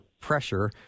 pressure